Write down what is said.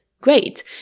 great